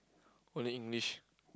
only English